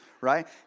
Right